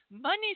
money